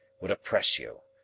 would oppress you.